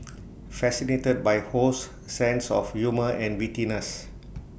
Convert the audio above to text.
fascinated by Ho's sense of humour and wittiness